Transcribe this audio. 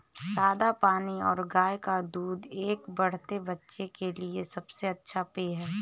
सादा पानी और गाय का दूध एक बढ़ते बच्चे के लिए सबसे अच्छा पेय हैं